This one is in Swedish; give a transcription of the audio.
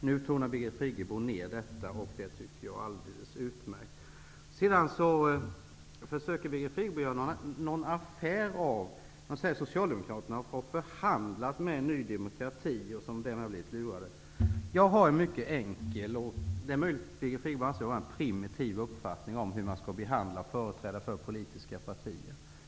Nu tonar Birgit Friggebo ner detta. Det tycker jag är alldeles utmärkt. Birgit Friggebo försöker göra en affär av det hela och säger att Socialdemokraterna har förhandlat med Ny demokrati, som därmed har blivit lurat. Jag har en mycket enkel -- det är möjligt att Birgit Friggebo anser den vara primitiv -- uppfattning om hur man skall behandla företrädare för politiska partier.